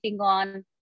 on